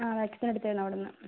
ആ വാക്സിൻ എടുത്തിരുന്നു അവിടെ നിന്ന്